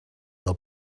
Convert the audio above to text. del